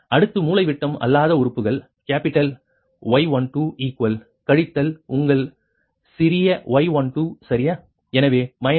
அடுத்து மூலைவிட்டம் அல்லாத உறுப்புகள் கேப்பிட்டல் Y12கழித்தல் உங்கள் சிறிய y12 சரியா எனவே